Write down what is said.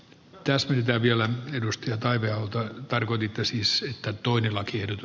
täsmentää vielä edusti taide auttaa tarkoititte siis se että tuonela kiedottu